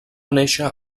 néixer